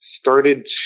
started